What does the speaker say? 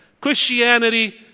Christianity